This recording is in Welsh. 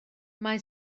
mae